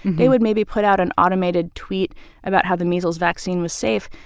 they would maybe put out an automated tweet about how the measles vaccine was safe,